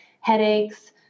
headaches